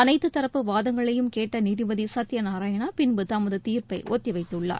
அனைத்துத் தரப்பு வாதங்களையும் கேட்ட நீதிபதி சத்யநாராயணா பின்பு தமது தீர்ப்பை ஒத்திவைத்துள்ளார்